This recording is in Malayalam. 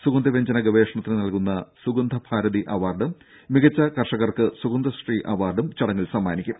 സുഗന്ധവ്യഞ്ജന ഗവേഷണത്തിന് നൽകുന്ന സുഗന്ധഭാരതി അവാർഡും മികച്ച കർഷകർക്ക് സുഗന്ധശ്രീ അവാർഡും ചടങ്ങിൽ സമ്മാനിക്കും